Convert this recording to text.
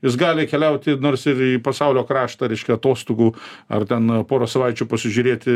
jis gali keliauti nors ir į pasaulio kraštą reiškia atostogų ar ten porą savaičių pasižiūrėti